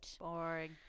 Boring